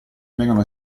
vengano